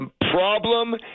problem